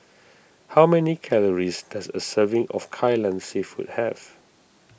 how many calories does a serving of Kai Lan Seafood have